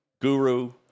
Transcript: guru